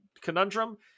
conundrum